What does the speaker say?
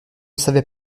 savais